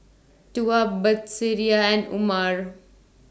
Tuah Batrisya and Umar